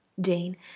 Jane